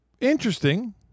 interesting